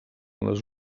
les